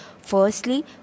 Firstly